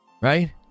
Right